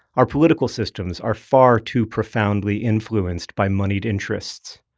our political systems are far too profoundly influenced by moneyed interests.